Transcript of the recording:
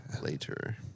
later